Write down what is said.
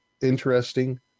interesting